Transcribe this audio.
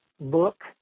book